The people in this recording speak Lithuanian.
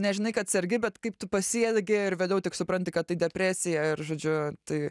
nežinai kad sergi bet kaip tu pasielgi ir vėliau tik supranti kad tai depresija ir žodžiu tai